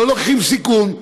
לא לוקחים סיכון.